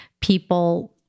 people